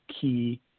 key